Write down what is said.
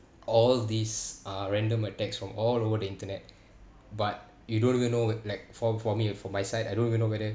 all these uh random attacks from all over the internet but you don't even know like for for me for my side I don't even know whether